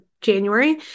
January